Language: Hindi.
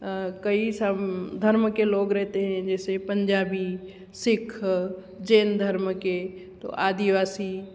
कई सब धर्म के लोग रहते हैं जैसे पंजाबी सिख जैन धर्म के आदिवासी